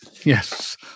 Yes